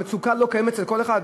המצוקה לא קיימת אצל כל אחד?